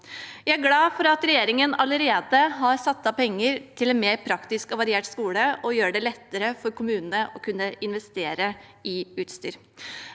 Vi er glade for at regjeringen allerede har satt av penger til en mer praktisk og variert skole, og til å gjøre det lettere for kommunene å investere i utstyr.